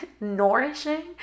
nourishing